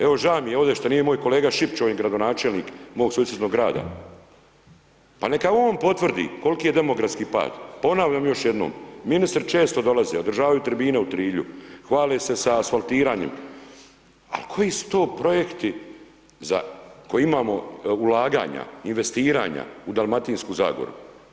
Evo ža' mi je ovdje što nije moj kolega Šipić, on je gradonačelnik mog susjednog grada, pa neka on potvrdi kol'ki je demografski pad, ponavljam još jednom, ministri često dolaze, održavaju tribine u Trilju, hvale se sa asfaltiranjem, al' koji su to projekti za koje imamo ulaganja, investiranja u Dalmatinsku Zagoru?